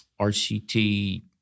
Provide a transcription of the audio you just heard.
RCT